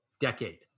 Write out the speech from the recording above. decade